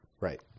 Right